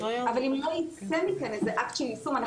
אבל אם לא ייצא מכאן איזה אקט של יישום,